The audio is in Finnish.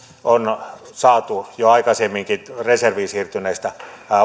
on saatu jo aikaisemminkin reserviin siirtyneistä